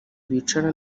bicara